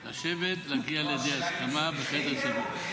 לשבת, להגיע לידי הסכמה, בחדר סגור.